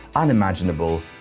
unimaginable,